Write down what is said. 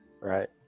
Right